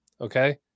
Okay